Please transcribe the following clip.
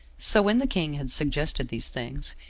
so when the king had suggested these things,